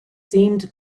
themed